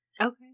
Okay